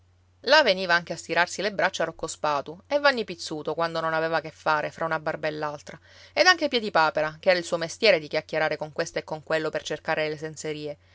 là veniva anche a stirarsi le braccia rocco spatu e vanni pizzuto quando non aveva che fare fra una barba e l'altra ed anche piedipapera che era il suo mestiere di chiacchierare con questo e con quello per cercare le senserie